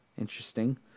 Interesting